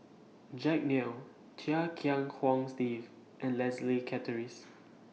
Jack Neo Chia Kiah Hong Steve and Leslie Charteris